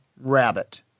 rabbit